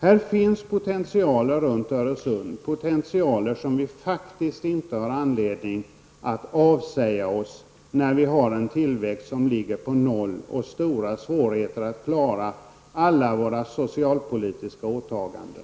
Det finns runt Öresund potentialer som vi faktiskt inte har anledning att avhända oss när tillväxten ligger på noll och vi har stora svårigheter att klara alla våra socialpolitiska åtaganden.